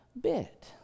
bit